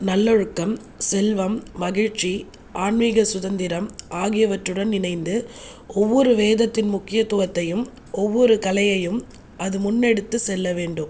நல்லொழுக்கம் செல்வம் மகிழ்ச்சி ஆன்மீகச் சுதந்திரம் ஆகியவற்றுடன் இணைந்து ஒவ்வொரு வேதத்தின் முக்கியத்துவத்தையும் ஒவ்வொரு கலையையும் அது முன்னெடுத்துச் செல்ல வேண்டும்